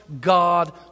God